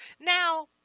Now